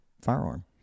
firearm